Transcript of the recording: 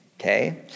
okay